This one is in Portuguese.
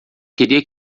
queria